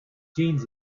jeans